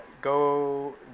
go